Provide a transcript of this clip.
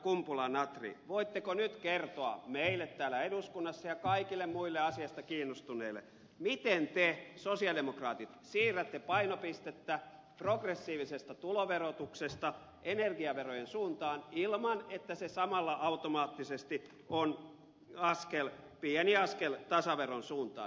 kumpula natri voitteko nyt kertoa meille täällä eduskunnassa ja kaikille muille asiasta kiinnostuneille miten te sosialidemokraatit siirrätte painopistettä progressiivisesta tuloverotuksesta energiaverojen suuntaan ilman että se samalla automaattisesti on pieni askel tasaveron suuntaan